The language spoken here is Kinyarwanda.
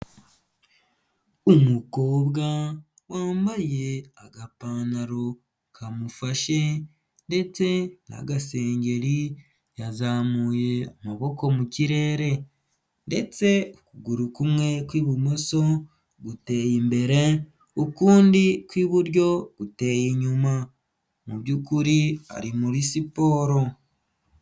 Umukobwa wambaye agapantaro kamufashe ndetse n'agasengeri yazamuye amaboko mu kirere ndetse ukuguru kumwe kw'ibumoso guteye imbere n'ukundi kw'iburyo guteye inyuma, mu by'ukuri ari muri siporo.